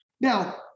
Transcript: Now